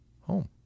home